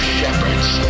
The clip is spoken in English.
shepherds